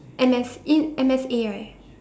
M S in M_S_A right